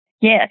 Yes